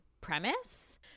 premise